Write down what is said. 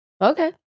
Okay